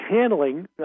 handling